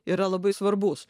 yra labai svarbus